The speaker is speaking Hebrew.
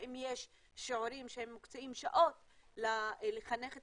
האם יש שיעורים שמקצים שעות לחנך את